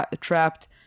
trapped